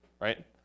right